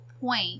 point